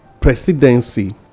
presidency